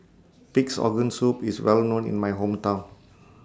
Pig'S Organ Soup IS Well known in My Hometown